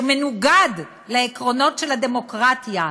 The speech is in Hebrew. שמנוגד לעקרונות של הדמוקרטיה?